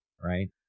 right